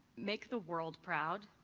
make the world proud.